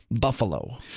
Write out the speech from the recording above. Buffalo